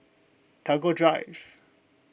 Tagore Drive